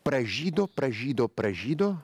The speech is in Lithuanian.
pražydo pražydo pražydo